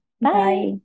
Bye